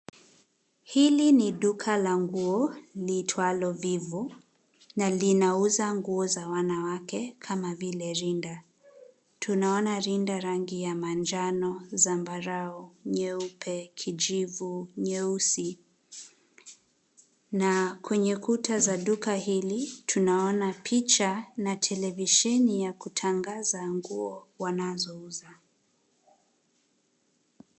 Hili ni duka la nguo, liitwalo Vivo, na linauza nguo za wanawake, kama vile rinda. Tunaona rinda rangi ya manjano, zambarau, nyeupe, kijivu, nyeusi. Na kwenye kuta za duka hili, tunaona picha na televisheni ya kutangaza nguo wanazouza.